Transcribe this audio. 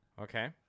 Okay